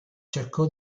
cercò